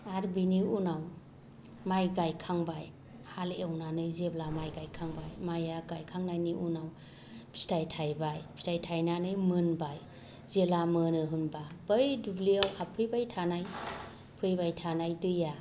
आर बिनि उनाव माइ गायखांबाय हालेवनानै जेब्ला माइ गायखांबाय माइआ गायखांनायनि उनाव फिथाइ थाइबाय फिथाइ थाइनानै मोनबाय जेला मोनो होनब्ला बै दुब्लिआव हाबहैबाय थानाय फैबाय थानाय दैया